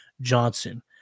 Johnson